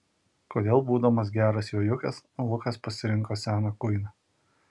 kodėl būdamas geras jojikas lukas pasirinko seną kuiną